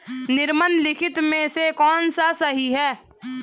निम्नलिखित में से कौन सा सही है?